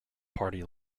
party